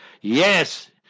Yes